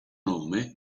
nome